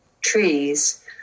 trees